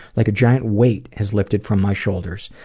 like a giant weight has lifted from my shoulders.